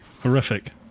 Horrific